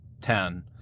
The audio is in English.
ten